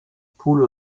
poule